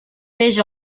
peix